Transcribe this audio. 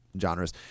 Genres